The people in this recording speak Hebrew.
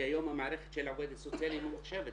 כי היום המערכת של העובד הסוציאלי ממוחשבת,